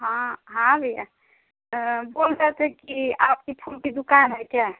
हाँ हाँ भैया बोल रहे थे कि आपकी फूल की दुकान है क्या